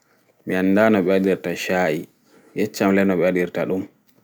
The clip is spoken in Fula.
Mi anɗa no ɓe waɗirta sha'I yeccam le ɗo ɓe waɗirta ɗum